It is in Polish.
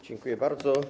Dziękuję bardzo.